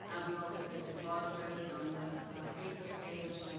ah we've also posted blog posts on the facebook page,